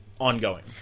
ongoing